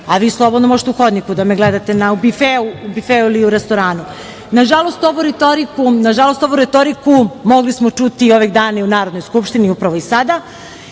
Vi slobodno možete u hodniku da me gledate, u bifeu ili u restoranu. Nažalost, ovu retoriku mogli smo čuti ovih dana u Narodnoj skupštini, upravo i sada.